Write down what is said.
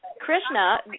Krishna